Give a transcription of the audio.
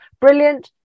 brilliant